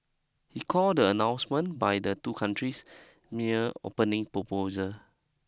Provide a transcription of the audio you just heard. he called the announcement by the two countries mere opening proposal